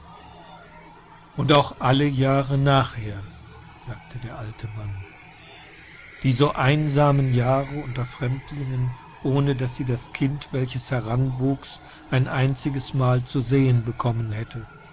und auch alle jahre nachher sagte der alte mann die so einsamen jahre unter fremdlingen ohne daß sie das kind welches heranwuchs ein einziges mal zu sehen bekommen hätte